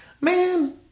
man